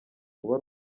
kuba